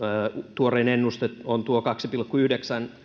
tuorein ennuste on tuo kaksi pilkku yhdeksän